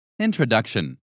Introduction